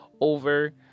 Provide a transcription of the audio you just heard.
over